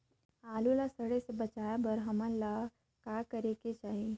आलू ला सड़े से बचाये बर हमन ला कौन करेके चाही?